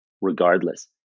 regardless